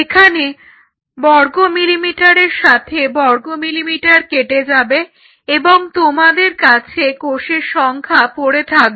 এখানে বর্গমিলিমিটারের সাথে বর্গ মিলিমিটার কেটে যাবে এবং তোমাদের কাছে কোষের সংখ্যা পড়ে থাকবে